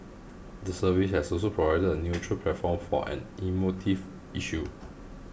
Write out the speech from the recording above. the service has also provided a neutral platform for an emotive issue